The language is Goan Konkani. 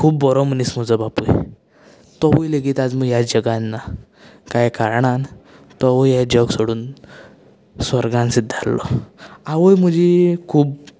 खूब बरो मनीस म्हजो बापूय तोवूय लेगीत आयज ह्या जगांत ना कांय कारणान तोवूय हें जग सोडून स्वर्गान सिद्दारलो आवय म्हजी खूब